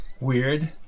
Weird